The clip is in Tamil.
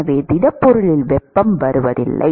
எனவே திடப்பொருளில் வெப்பம் வருவதில்லை